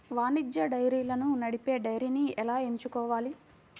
వాణిజ్య డైరీలను నడిపే డైరీని ఎలా ఎంచుకోవాలి?